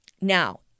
Now